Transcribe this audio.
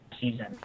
season